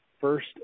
first